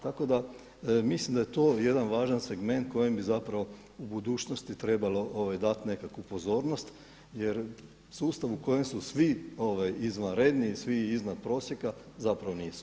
Tako da mislim da je to jedan važan segment kojim bi zapravo u budućnosti trebalo dati nekakvu pozornost jer sustav u kojem su svi izvanredni i svi iznad prosjeka zapravo nije sustav.